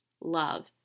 Love